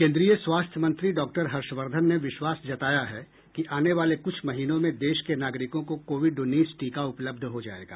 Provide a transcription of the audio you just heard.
केन्द्रीय स्वास्थ्य मंत्री डॉक्टर हर्षवर्धन ने विश्वास जताया है कि आने वाले क्छ महीनों में देश के नागरिकों को कोविड उन्नीस टीका उपलब्ध हो जायेगा